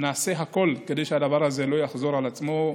נעשה הכול כדי שהדבר הזה לא יחזור על עצמו,